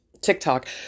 TikTok